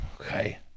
Okay